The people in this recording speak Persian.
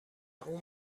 اون